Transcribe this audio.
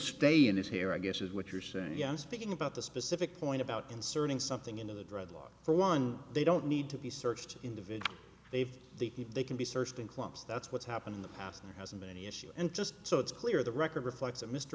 stay in his hair i guess is what you're saying young speaking about the specific point about inserting something into the drug laws for one they don't need to be searched individually they've the they can be searched in clumps that's what's happened in the past there hasn't been any issue and just so it's clear the record reflects